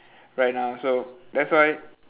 right now so that's why